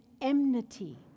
enmity